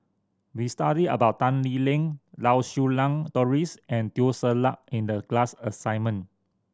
we studied about Tan Lee Leng Lau Siew Lang Doris and Teo Ser Luck in the class assignment